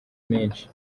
menshi